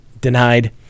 denied